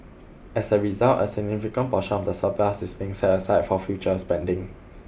as a result a significant portion of the surplus is being set aside for future spending